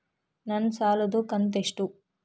ನನ್ನ ಸಾಲದು ಕಂತ್ಯಷ್ಟು?